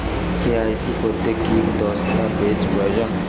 KYC করতে কি দস্তাবেজ প্রয়োজন?